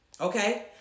Okay